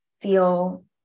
feel